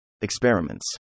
Experiments